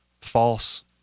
false